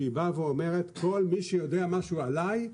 שהיא באה ואומרת "כל מי שיודע משהו עליי,